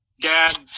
dad